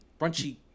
Brunchy